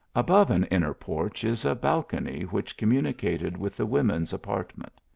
above an inner porch, is a balcony which communicated with the. women s apartment.